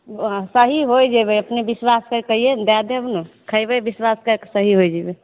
सही हो जेबै अपने बिश्वास करिकऽ अइयो ने दए देब ने खैबे बिश्वास कए कऽ सही हो जइबे